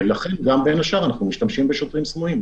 ולכן גם בין השאר אנחנו משתמשים בשוטרים סמויים,